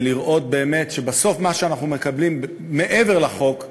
ולראות שבסוף מה שאנחנו מקבלים, מעבר לחוק,